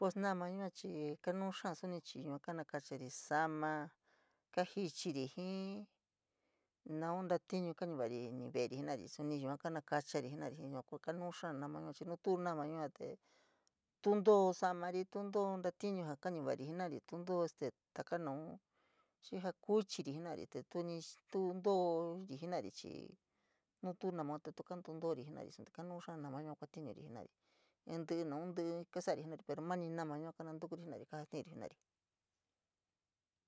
Pos mama yua chií kanu xaa suní ahi yua kano kocharí sa´ama, kaa jichiri nau ntatiñu kañuvari inveri suni yua kainokari jii yua nakaachori koo kanu kaa bomou yua chií nu tu namaoun yoo te tu ñtoo jaamari tu too ñtánuu kanuvari jenarí, to too este taka naun, xii jaa kuchirí jenarí te tuu toorí jenarí chií no tu namaoun te tu kontotorí jenarí soní. Kanu kaa namaoun yua kodntiori jenarí, ñtuu; naun ñtíñtí kasorí jenarí pero mani nama yua kanontukurí jenarí kajatiuri jenarí.